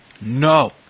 No